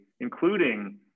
including